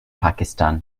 pakistan